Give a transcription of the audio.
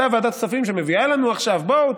אותה ועדת כספים שמביאה לנו עכשיו: בואו,